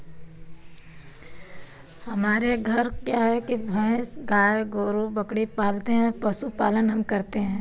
हमारे घर क्या है कि भैंस गाय गोरू बकरी पालते हैं पशु पालन हम करते हैं